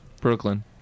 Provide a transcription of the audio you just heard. Brooklyn